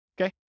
Okay